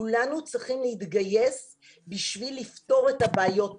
כולנו צריכים להתגייס בשביל לפתור את הבעיות האלה.